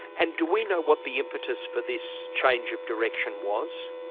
and do we know what the impetus for this change of direction was?